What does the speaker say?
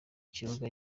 kibuga